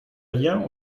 rien